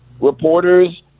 reporters